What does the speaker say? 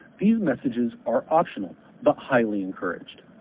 these messages are optional, but highly encouraged.